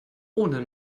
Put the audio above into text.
ohne